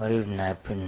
మరియు నైపుణ్యం